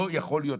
לא יכול להיות.